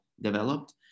developed